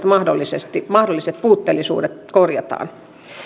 mahdollisesti havaitut puutteellisuudet korjataan